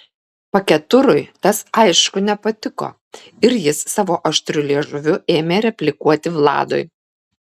paketurui tas aišku nepatiko ir jis savo aštriu liežuviu ėmė replikuoti vladui